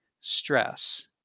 stress